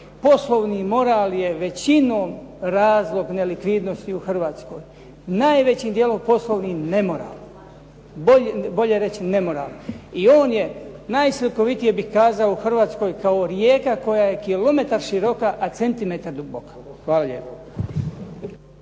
Poslovni moral je većinom razlog nelikvidnosti u Hrvatskoj, najvećim dijelom poslovni nemoral, bolje reći nemoral. I on je, najslikovitije bih kazao u Hrvatskoj kao rijeka koja je kilometar široka a centimetar duboka. Hvala lijepo.